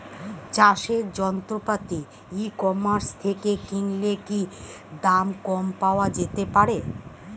চাষের যন্ত্রপাতি e commerce থেকে কিনলে কি দাম কম পাওয়া যেতে পারে?